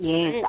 Yes